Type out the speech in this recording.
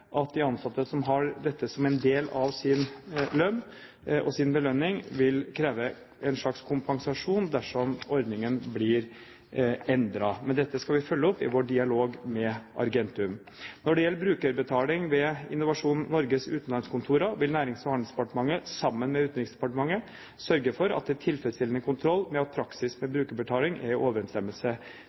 at de ansatte som har dette som en del av sin lønn og sin belønning, vil kreve en slags kompensasjon dersom ordningen blir endret. Men dette skal vi følge opp i vår dialog med Argentum. Når det gjelder brukerbetaling ved Innovasjon Norges utenlandskontorer, vil Nærings- og handelsdepartementet sammen med Utenriksdepartementet sørge for at det er tilfredsstillende kontroll med at praksis med brukerbetaling er i overensstemmelse